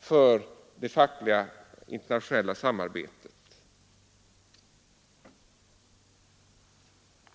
för det fackliga internationella samarbetet.